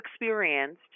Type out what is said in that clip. experienced